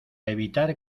evitar